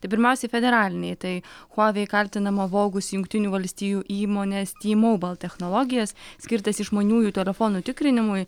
tai pirmiausiai federaliniai tai huawei kaltinama vogusi jungtinių valstijų įmonės t mobile technologijas skirtas išmaniųjų telefonų tikrinimui